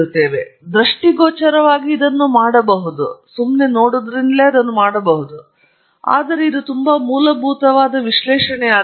ನಾನು ದೃಷ್ಟಿಗೋಚರವಾಗಿ ಇದನ್ನು ಮಾಡಬಹುದು ಆದರೆ ಇದು ತುಂಬಾ ಮೂಲಭೂತವಾದ ವಿಶ್ಲೇಷಣೆಯಾಗಲಿದೆ